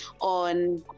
on